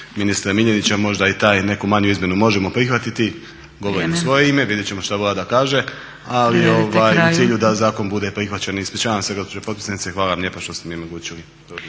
ministra Miljenića, možda i tu neku manju izmjenu možemo prihvatiti. Govorim u svoje ime, vidjet ćemo što Vlada kaže. Ali u cilju da zakon bude prihvaćen, ispričavam se gospođo potpredsjednice i hvala vam lijepa što ste mi omogućili